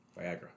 Viagra